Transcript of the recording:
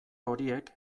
horiek